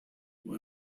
fue